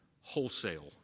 wholesale